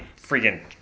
freaking